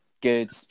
Good